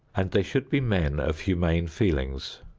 and they should be men of humane feelings.